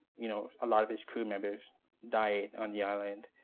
you know a lot of his crew members died on the island.